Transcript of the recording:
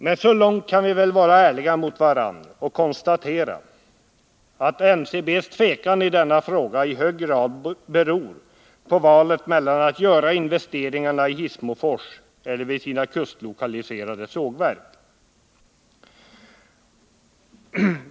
Men så långt kan vi väl vara ärliga mot varandra att vi kan konstatera att NCB:s tvekan i denna fråga i hög grad beror på valet mellan att göra investeringarna i Hissmofors eller vid sina kustlokaliserade sågverk.